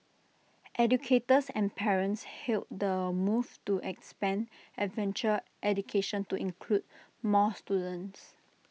educators and parents hailed the move to expand adventure education to include more students